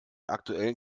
aktuellen